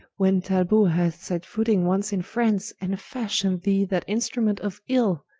when talbot hath set footing once in france, and fashion'd thee that instrument of ill,